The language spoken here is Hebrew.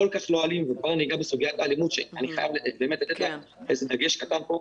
על כך לא אלים ותכף אני אגע בסוגיית האלימות שאני חייב לתת דגש קטן כאן.